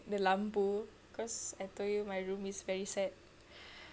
the lampu cause I told you my room is very sad